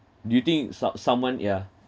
do you think some someone yeah